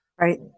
Right